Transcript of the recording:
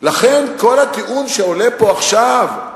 לכן כל הטיעון שעולה פה עכשיו,